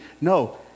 No